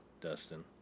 Dustin